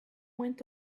went